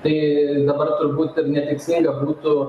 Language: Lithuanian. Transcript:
tai dabar turbūt ir netikslinga būtų